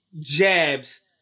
jabs